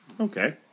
Okay